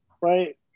right